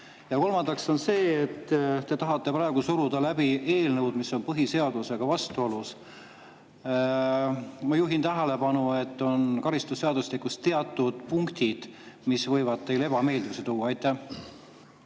Ja kolmandaks on see, et te tahate praegu suruda läbi eelnõu, mis on põhiseadusega vastuolus. Ma juhin tähelepanu, et karistusseadustikus on teatud punktid, mis võivad teile ebameeldivusi tuua. Aitäh,